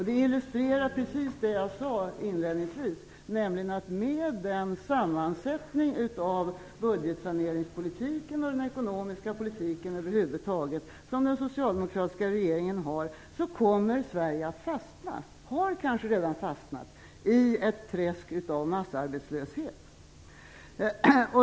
Det illustrerar precis det som jag sade inledningvis, nämligen att med den sammansättning av budgetsaneringspolitiken och med den ekonomiska politik som den socialdemokratiska regeringen över huvud taget för, kommer Sverige att fastna, har kanske redan fastnat, i ett träsk av massarbetslöshet.